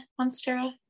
Monstera